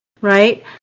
right